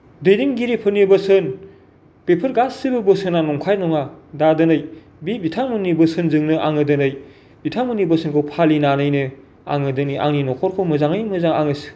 दैदेनगिरिफोरनि बोसोन बेफोर गासैबो बोसोना नंखाय नङा दा दिनै बे बिथांमोननि बोसोनजोंनो आङो दिनै बिथांमोननि बोसोनखौ फालिनानैनो आङो दिनै आंनि न'खरखौ मोजाङै मोजां आङो सो